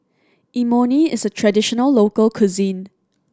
imoni is a traditional local cuisine